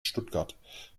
stuttgart